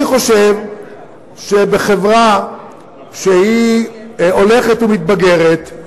אני חושב שבחברה שהולכת ומתבגרת,